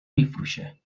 میفروشه